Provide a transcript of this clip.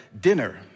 dinner